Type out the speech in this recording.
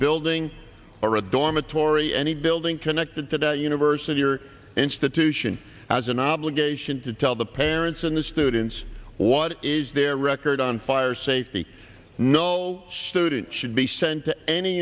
building or a dormitory any building connected to the university or institution has an obligation to tell the parents and the students what is their record on fire safety no student should be sent to any